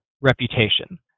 reputation